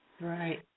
right